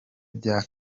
bya